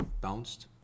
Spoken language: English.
Bounced